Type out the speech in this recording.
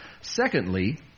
secondly